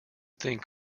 think